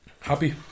happy